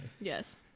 yes